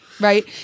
right